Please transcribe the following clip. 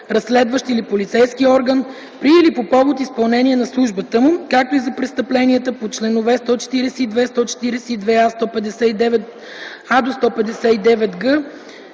разследващ или полицейски орган при или по повод изпълнение на службата му; както и за престъпления по чл. 142, 142а, 159а - 159г, чл.